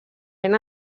ben